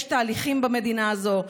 יש תהליכים במדינה הזאת.